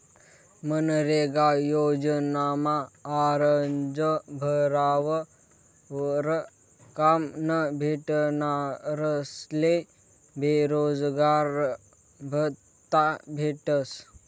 मनरेगा योजनामा आरजं भरावर काम न भेटनारस्ले बेरोजगारभत्त्ता भेटस